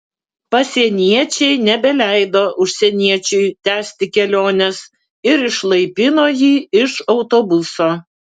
pasieniečiai nebeleido užsieniečiui tęsti kelionės ir išlaipino jį iš autobuso